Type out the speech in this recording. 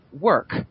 work